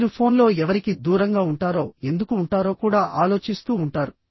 మీరు ఫోన్లో ఎవరికి దూరంగా ఉంటారో ఎందుకు ఉంటారో కూడా ఆలోచిస్తూ ఉంటారు